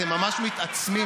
אתם ממש מתעצמים,